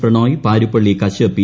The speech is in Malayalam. പ്രപ്രണോയ് പാരുപ്പള്ളി കശ്യപ് പി